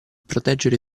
proteggere